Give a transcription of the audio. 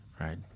right